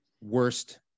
worst